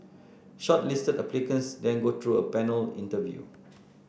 shortlisted applicants then go through a panel interview